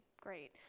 great